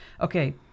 okay